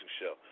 show